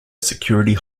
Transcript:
security